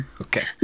Okay